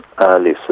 early